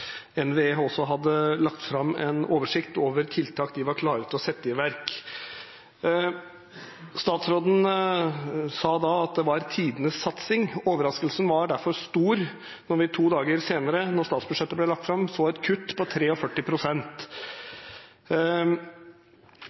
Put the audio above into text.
NVE hadde lagt fram en oversikt over tiltak de var klare til å sette i verk. Statsråden sa da at det var tidenes satsing. Overraskelsen var derfor stor da vi to dager senere, da statsbudsjettet ble lagt fram, så et kutt på